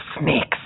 snakes